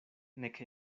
nek